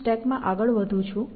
હું સ્ટેકમાં આગળ વધું છું